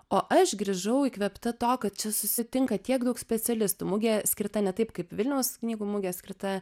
o aš grįžau įkvėpta to kad čia susitinka tiek daug specialistų mugė skirta ne taip kaip vilniaus knygų mugė skirta